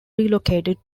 relocated